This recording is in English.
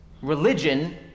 Religion